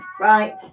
Right